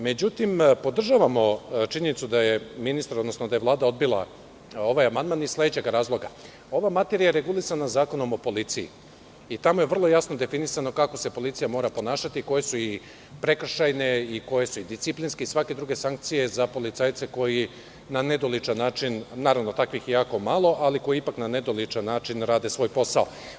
Međutim, podržavamo činjenicu da je ministar, odnosno da je Vlada odbila ovaj amandman iz sledećeg razloga: ova materija je regulisana Zakonom o policiji i tamo je vrlo jasno definisano kako se policija mora ponašati, koje su prekršajne i koje su disciplinske i svake druge sankcije za policajce koji na nedoličan način, naravno, takvih je jako malo, rade svoj posao.